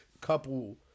Couple